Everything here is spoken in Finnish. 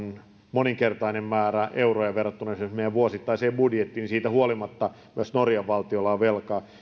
moninkertainen määrä euroja verrattuna esimerkiksi meidän vuosittaiseen budjettiin niin siitä huolimatta myös norjan valtiolla on velkaa